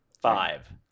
Five